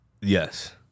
Yes